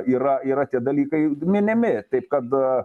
yra yra tie dalykai minimi taip kad